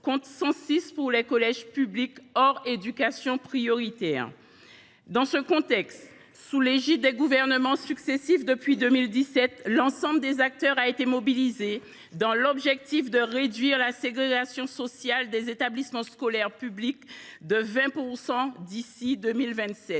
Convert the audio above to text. contre 106 pour les collèges publics hors éducation prioritaire. Dans ce contexte, sous l’égide des gouvernements successifs depuis 2017, l’ensemble des acteurs ont été mobilisés afin de réduire la ségrégation sociale des établissements scolaires publics de 20 % d’ici à 2027.